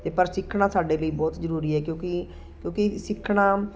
ਅਤੇ ਪਰ ਸਿੱਖਣਾ ਸਾਡੇ ਲਈ ਬਹੁਤ ਜ਼ਰੂਰੀ ਹੈ ਕਿਉਂਕਿ ਕਿਉਂਕਿ ਸਿੱਖਣਾ